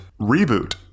reboot